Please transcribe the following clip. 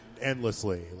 endlessly